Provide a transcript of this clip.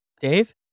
Dave